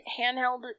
handheld